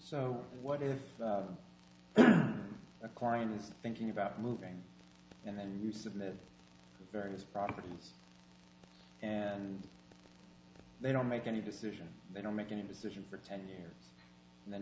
so what if a client is thinking about moving and then you submit various properties and they don't make any decision they don't make any decision for ten years and then